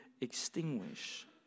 extinguish